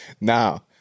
Now